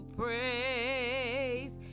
praise